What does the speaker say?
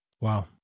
Wow